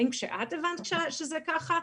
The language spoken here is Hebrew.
האם כשאת הבנת שזה ככה,